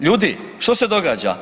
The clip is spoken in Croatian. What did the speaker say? Ljudi, što se događa?